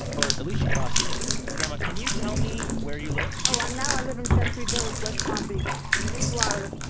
or at least she thought she did grandma, can you tell me where you live? oh, um now i live in century village. west palm beach in florida.